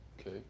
Okay